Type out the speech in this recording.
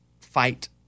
fight